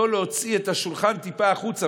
לא להוציא את השולחן טיפה החוצה,